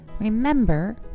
Remember